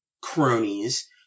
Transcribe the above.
cronies